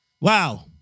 Wow